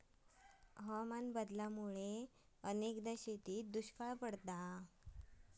हवामान बदलामुळा अनेकदा शेतीत दुष्काळ पडता